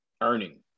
earning